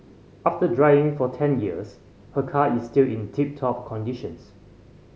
after driving for ten years her car is still in tip top conditions